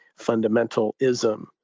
fundamentalism